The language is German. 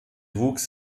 wuchs